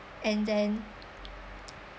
and then